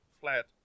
flat